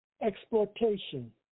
exploitation